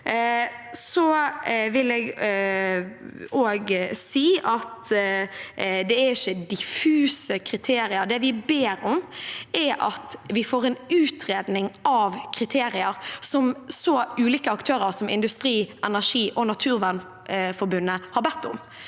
jeg også si at det ikke er diffuse kriterier. Det vi ber om, er at vi får en utredning av kriterier, som så ulike aktører som Industri Energi og Naturvernforbundet har bedt om.